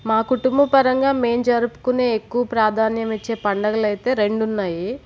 మా కుటుంబ పరంగా మేం జరుపుకునే ఎక్కువ ప్రాధాన్యమిచ్చే పండుగలు అయితే రెండున్నాయి